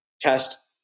test